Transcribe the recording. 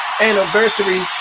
anniversary